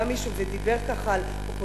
בא מישהו ודיבר על אופוזיציה,